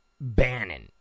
Bannon